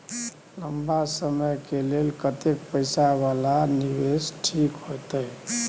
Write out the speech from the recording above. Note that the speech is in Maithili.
लंबा समय के लेल कतेक पैसा वाला निवेश ठीक होते?